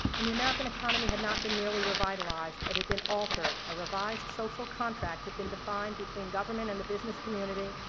and the american economy had not been merely revitalized, it had been altered. a revised social contract had been defined between government and the business community,